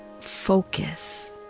focus